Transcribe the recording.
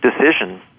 decision